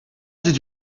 did